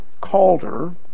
Calder